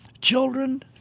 children